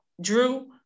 Drew